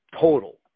total